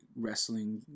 wrestling